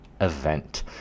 event